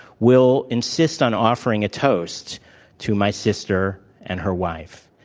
will insist on offering a toast to my sister and her wife.